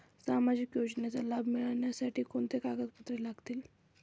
सामाजिक योजनेचा लाभ मिळण्यासाठी कोणती कागदपत्रे लागतील?